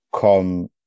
come